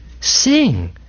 Sing